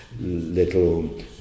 little